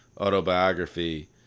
autobiography